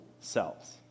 selves